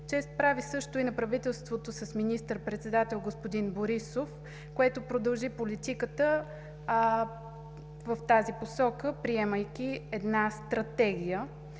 Чест прави също и на правителството с министър-председател господин Борисов, което продължи политиката в тази посока, приемайки една Стратегия,